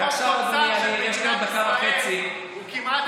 עדיין, יחס החוב אוצר של מדינת ישראל הוא כמעט,